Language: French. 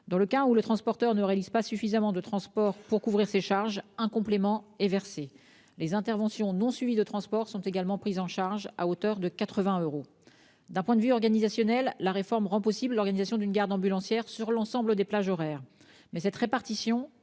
Dans le cas où le transporteur n'assure pas suffisamment de trajets pour couvrir ses charges, un complément est versé. Les interventions non suivies de transport sont également prises en charge, à hauteur de 80 euros. D'un point de vue organisationnel, la réforme permet d'assurer une garde ambulancière sur l'ensemble des plages horaires ; mais cette répartition,